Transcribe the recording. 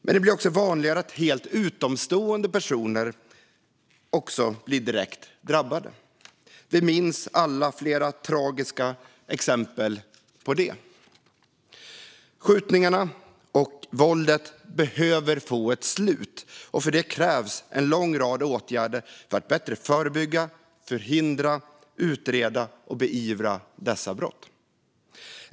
Men det blir också vanligare att helt utomstående personer blir direkt drabbade. Vi minns alla flera tragiska exempel på det. Skjutningarna och våldet behöver få ett slut, och för det krävs en lång rad åtgärder för att bättre förebygga, förhindra, utreda och beivra dessa brott.